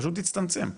פשוט תצטמצם.